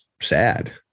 sad